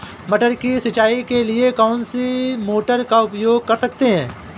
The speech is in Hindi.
मटर की सिंचाई के लिए कौन सी मोटर का उपयोग कर सकते हैं?